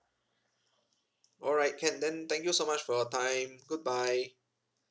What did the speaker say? alright can then thank you so much for your time goodbye